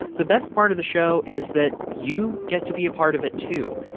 the best part of the show is that you get to be a part of it, too.